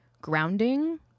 grounding